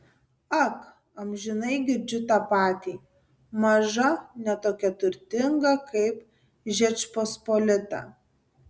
ak amžinai girdžiu tą patį maža ne tokia turtinga kaip žečpospolita